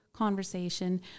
conversation